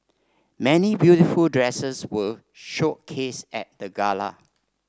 many beautiful dresses were showcased at the gala